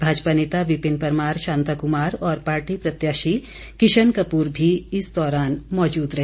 भाजपा नेता विपिन परमार शांता कुमार और पार्टी प्रत्याशी किशन कपूर भी इस दौरान मौजूद रहे